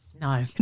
No